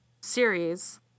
series